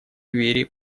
двери